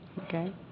Okay